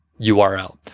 URL